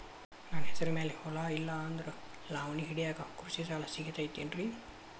ನನ್ನ ಹೆಸರು ಮ್ಯಾಲೆ ಹೊಲಾ ಇಲ್ಲ ಆದ್ರ ಲಾವಣಿ ಹಿಡಿಯಾಕ್ ಕೃಷಿ ಸಾಲಾ ಸಿಗತೈತಿ ಏನ್ರಿ?